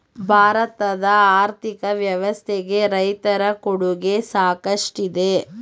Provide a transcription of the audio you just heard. ಭಾರತದ ಆರ್ಥಿಕ ವ್ಯವಸ್ಥೆಗೆ ರೈತರ ಕೊಡುಗೆ ಸಾಕಷ್ಟಿದೆ